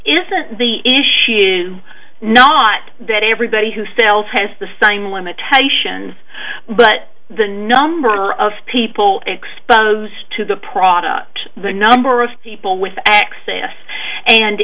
isn't the not that everybody who sells has the same limitation but the number of people exposed to the product the number of people with access and